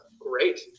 great